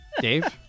Dave